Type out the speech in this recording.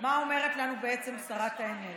מה אומרת לנו בעצם שרת האנרגיה.